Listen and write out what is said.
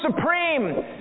supreme